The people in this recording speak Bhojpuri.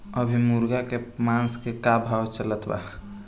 अभी मुर्गा के मांस के का भाव चलत बा?